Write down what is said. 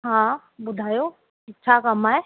हा ॿुधायो छा कमु आहे